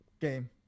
game